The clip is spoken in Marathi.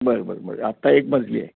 बरं बरं बरं आत्ता एक मजली आहे